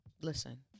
listen